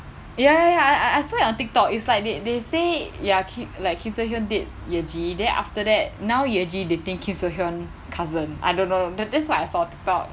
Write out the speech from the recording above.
ya ya ya I I I saw it on Tik tok it's like they they say ya kim like kim soo hyun date ye ji then after that now ye ji dating kim soo hyun cousin I don't know that that's what I saw on Tik tok